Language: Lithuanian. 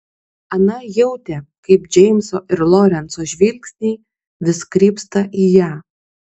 ana jautė kaip džeimso ir lorenco žvilgsniai vis krypsta į ją